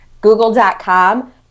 Google.com